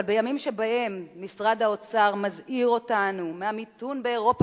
אבל בימים שבהם משרד האוצר מזהיר אותנו מהמיתון באירופה,